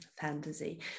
fantasy